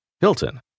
Hilton